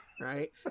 Right